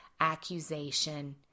accusation